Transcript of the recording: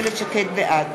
בעד